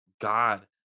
god